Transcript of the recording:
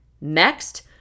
Next